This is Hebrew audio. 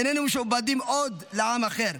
איננו משועבדים עוד לעם אחר,